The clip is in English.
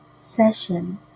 session